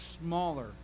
smaller